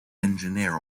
engineer